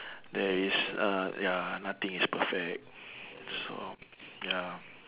there is uh ya nothing is perfect so ya